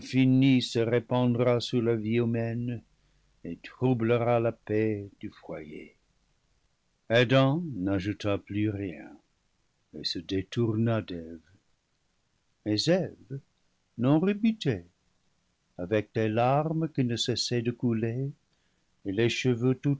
infinie se répandra sur la vie humaine et troublera la paix du foyer adam n'ajouta plus rien et se détourna d'eve mais eve non rebutée avec des larmes qui ne cessaient de couler et les